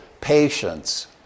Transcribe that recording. patience